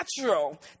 natural